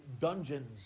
dungeons